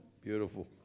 Beautiful